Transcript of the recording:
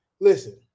listen